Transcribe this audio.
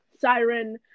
Siren